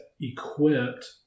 equipped